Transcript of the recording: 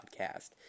podcast